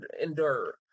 endure